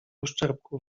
uszczerbku